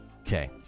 Okay